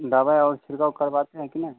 दवा और छिड़काव करवाते हैं कि नहीं